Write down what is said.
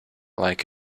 like